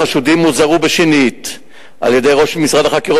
החשודים הוזהרו בשנית על-ידי ראש משרד החקירות